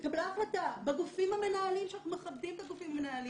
התקבלה החלטה בגופים המנהלים שאנחנו מכבדים את הגופים המנהלים.